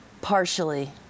partially